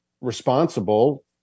responsible